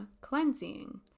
cleansing